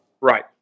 Right